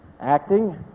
Acting